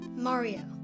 Mario